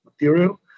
material